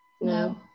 No